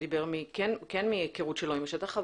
הוא דיבר כן מהיכרות שלו עם השטח,